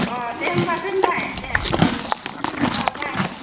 अ दे होनबा दोनबाय दे अ बाय